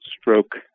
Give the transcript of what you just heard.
stroke